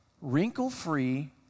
wrinkle-free